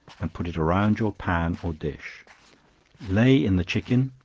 and put it round your pan, or dish lay in the chicken,